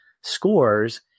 scores